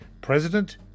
President